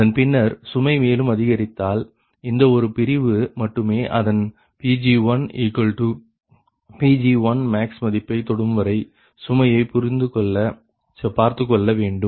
அதன்பின்னர் சுமை மேலும் அதிகரித்தால் இந்த ஒரு பிரிவு மட்டுமே அதன் Pg1Pg1max மதிப்பை தொடும்வரை சுமையை பார்த்துக்கொள்ள வேண்டும்